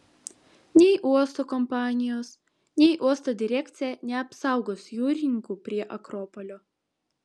nei uosto kompanijos nei uosto direkcija neapsaugos jūrininkų prie akropolio